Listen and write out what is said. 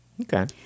Okay